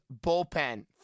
bullpen